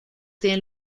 tienen